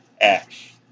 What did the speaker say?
Ash